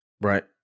Right